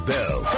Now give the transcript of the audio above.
Bell